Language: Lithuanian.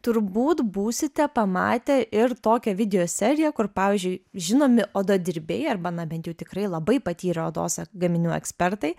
turbūt būsite pamatę ir tokią video seriją kur pavyzdžiui žinomi odadirbiai arba na bent jau tikrai labai patyrę odos gaminių ekspertai